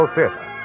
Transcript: Theater